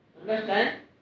Understand